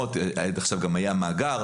עד עכשיו גם היה מאגר.